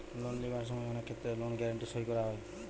loan লিবার সময় অনেক ক্ষেত্রে লোন গ্যারান্টি সই করা হয়